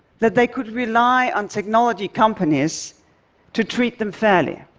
that they could rely on technology companies to treat them fairly?